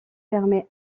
permet